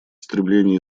стремление